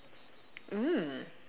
mm